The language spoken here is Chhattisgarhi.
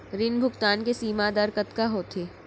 ऋण भुगतान के सीमा दर कतका होथे?